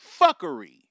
fuckery